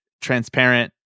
transparent